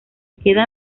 queda